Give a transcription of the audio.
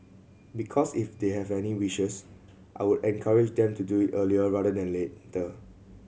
because if they have any wishes I will encourage them to do it earlier rather than later